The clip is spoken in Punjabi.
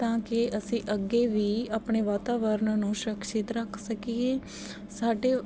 ਤਾਂ ਕਿ ਅਸੀਂ ਅੱਗੇ ਵੀ ਆਪਣੇ ਵਾਤਾਵਰਣ ਨੂੰ ਸੁਰਕਸ਼ਿਤ ਰੱਖ ਸਕੀਏ ਸਾਡੇ